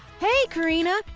hey karina!